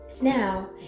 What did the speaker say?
Now